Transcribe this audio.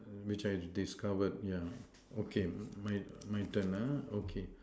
which has discovered yeah okay my my turn uh okay